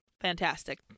Fantastic